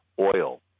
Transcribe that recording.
oil